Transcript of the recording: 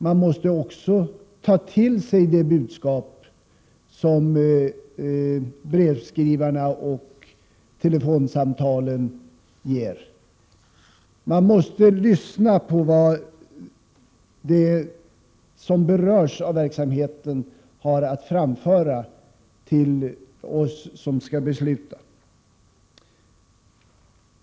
Man måste också ta till sig det budskap som breven och telefonsamtalen innehåller. Man måste lyssna på vad de som berörs av verksamheten har att framföra till oss som skall besluta.